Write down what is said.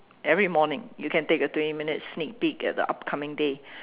every morning you can take a twenty minute sneak peak at the upcoming day